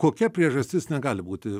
kokia priežastis negali būti